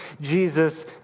Jesus